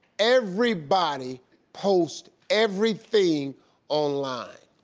everybody post everything online.